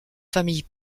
famille